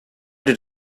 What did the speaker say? did